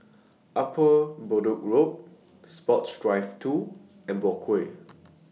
Upper Bedok Road Sports Drive two and Boat Quay